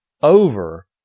over